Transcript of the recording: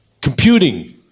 computing